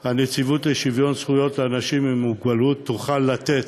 הנציבות לשוויון זכויות לאנשים עם מוגבלות תוכל לתת